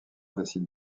décide